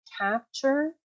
capture